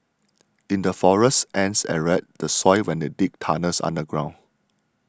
in the forests ants aerate the soil when they dig tunnels underground